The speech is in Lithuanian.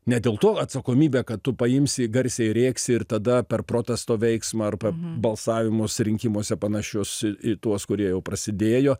ne dėl to atsakomybė kad tu paimsi garsiai rėksi ir tada per protesto veiksmą arba balsavimus rinkimuose panašius į į tuos kurie jau prasidėjo